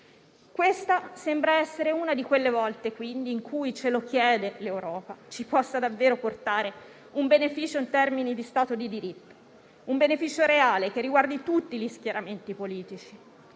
Questa sembra essere una di quelle volte in cui il «ce lo chiede l'Europa» ci può davvero portare un beneficio in termini di stato di diritto, un beneficio reale che riguardi tutti gli schieramenti politici